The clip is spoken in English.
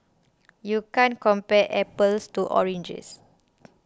you can't compare apples to oranges